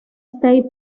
state